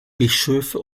bischöfe